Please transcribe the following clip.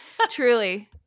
truly